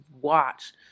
watch